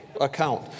account